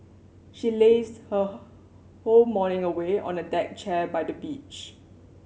she lazed her whole morning away on a deck chair by the beach